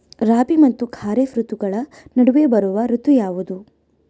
ರಾಬಿ ಮತ್ತು ಖಾರೇಫ್ ಋತುಗಳ ನಡುವೆ ಬರುವ ಋತು ಯಾವುದು?